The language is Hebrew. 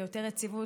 ליותר יציבות.